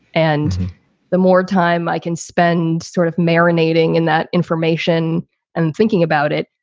and the more time i can spend sort of marinating in that information and thinking about it,